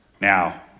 Now